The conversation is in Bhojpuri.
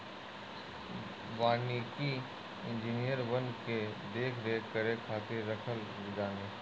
वानिकी इंजिनियर वन के देख रेख करे खातिर रखल जाने